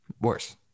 worse